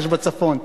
יש בצפון,